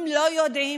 הם לא יודעים,